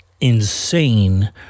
insane